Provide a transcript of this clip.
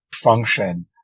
function